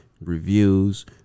reviews